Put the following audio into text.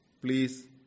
please